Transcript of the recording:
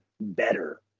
better